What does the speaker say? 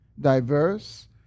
diverse